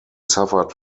suffered